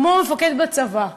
כמו מפקד בצבא,